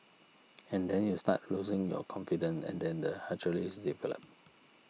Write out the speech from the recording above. and then you start losing your confidence and then the hierarchies develop